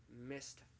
missed